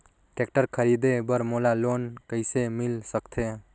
Tractor खरीदे बर मोला लोन कइसे मिल सकथे?